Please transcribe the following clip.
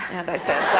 and i said,